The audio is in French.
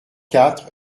quatre